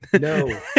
No